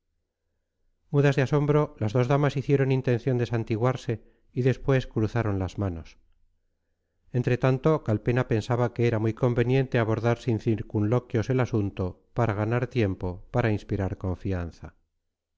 asombro las dos damas hicieron intención de santiguarse y después cruzaron las manos entretanto calpena pensaba que era muy conveniente abordar sin circunloquios el asunto para ganar tiempo para inspirar confianza